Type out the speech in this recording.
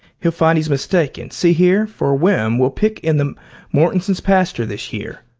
he'll find he's mistaken. see here, for a whim, we'll pick in the mortensons' pasture this year.